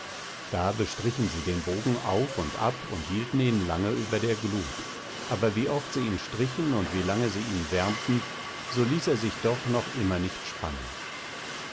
da bestrichen sie den bogen auf und ab und hielten ihn lange über der glut aber wie oft sie ihn strichen und wie lange sie ihn wärmten so ließ er sich doch noch immer nicht spannen